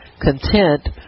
content